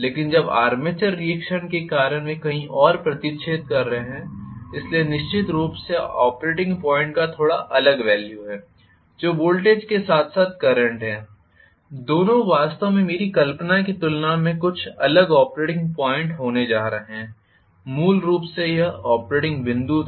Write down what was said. लेकिन अब armature reaction के कारण वे कहीं और प्रतिच्छेद कर रहे हैं इसलिए निश्चित रूप से ऑपरेटिंग पॉइंट का थोड़ा अलग वॅल्यू है जो वोल्टेज के साथ साथ करंट है दोनों वास्तव में मेरी कल्पना की तुलना में कुछ अलग ऑपरेटिंग पॉइंट होने जा रहे हैं मूल रूप से यह ऑपरेटिंग बिंदु था